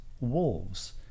wolves